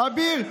אביר,